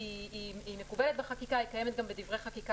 הסמכות הזאת מקובלת בחקיקה וקיימת גם בדברי חקיקה